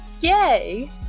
Yay